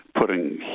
putting